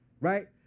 right